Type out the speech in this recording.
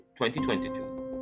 2022